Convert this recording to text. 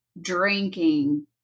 drinking